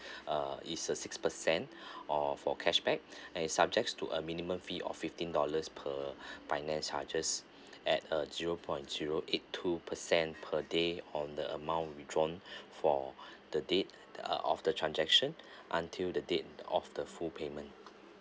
uh is a six percent or for cashback and subject to a minimum fee of fifteen dollars per finance charges at a zero point zero eight two percent per day on the amount withdrawn for the date the uh of the transaction until the date of the full payment